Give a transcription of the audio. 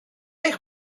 eich